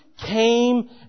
came